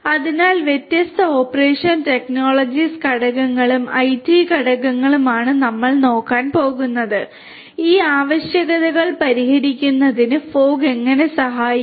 അതിനാൽ വ്യത്യസ്ത operation technologies ഘടകങ്ങളും ഐടി ഘടകങ്ങളും ആണ് നമ്മൾ നോക്കാൻ പോകുന്നത് ഈ ആവശ്യകതകൾ പരിഹരിക്കുന്നതിന് ഫോഗ് എങ്ങനെ സഹായിക്കും